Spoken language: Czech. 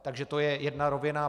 Takže to je jedna rovina.